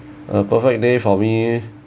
a perfect day for me